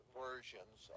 versions